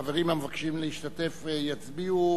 החברים המבקשים להשתתף יצביעו.